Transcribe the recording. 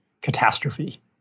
catastrophe